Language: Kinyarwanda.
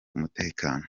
umutekano